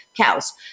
cows